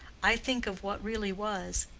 i think of what really was.